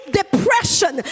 depression